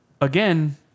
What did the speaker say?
Again